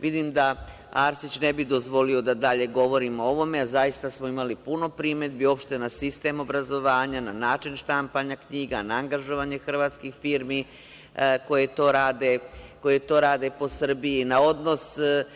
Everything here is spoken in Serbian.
Vidim da gospodin Arsić ne bi dozvolio da dalje govorim o ovome, a zaista smo imali puno primedbi uopšte na sistem obrazovanja, na način štampanja knjiga, na angažovanje hrvatskih firmi koje to rade po Srbiji, na odnos.